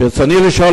אדוני שר